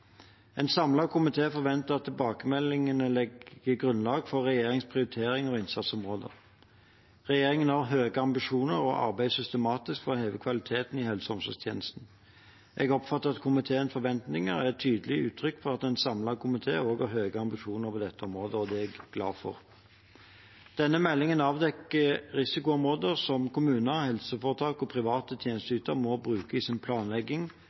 En samlet komité forventer at tilbakemeldingene gir grunnlag for regjeringens prioriteringer og innsatsområder. Regjeringen har høye ambisjoner og arbeider systematisk for å heve kvaliteten i helse- og omsorgstjenesten. Jeg oppfatter at komiteens forventninger er et tydelig uttrykk for at en samlet komité også har høye ambisjoner på dette området, og det er jeg glad for. Denne meldingen avdekker risikoområder som kommuner, helseforetak og private tjenesteytere må bruke i sin planlegging,